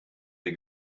der